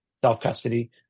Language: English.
self-custody